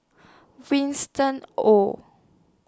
Winston Oh